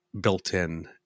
built-in